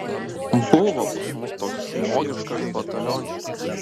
buvo pas mus toks žmogiškas batalionščikas